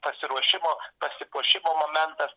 pasiruošimo pasipuošimo momentas